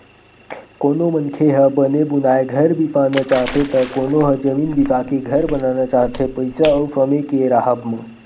कोनो मनखे ह बने बुनाए घर बिसाना चाहथे त कोनो ह जमीन बिसाके घर बनाना चाहथे पइसा अउ समे के राहब म